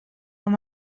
amb